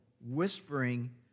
whispering